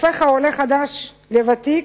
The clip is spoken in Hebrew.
העולה החדש הופך לוותיק,